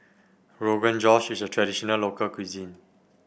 Rogan Josh is a traditional local cuisine